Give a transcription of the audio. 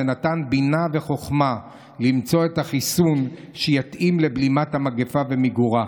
ונתן בינה וחוכמה למצוא את החיסון שיתאים לבלימת המגפה ומיגורה.